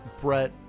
Brett